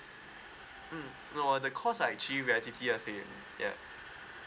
mm oh the course are actually ready as in yeah